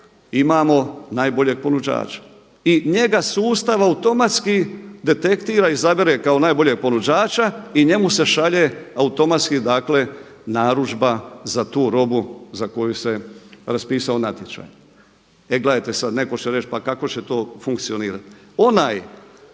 imamo najboljeg ponuđača. I njega sustav automatski detektira izabere kao najboljeg ponuđača i njemu se šalje automatski dakle narudžba za tu robu za koju se raspisao natječaj. E gledajte sad, netko će reći pa kako će to funkcionirati?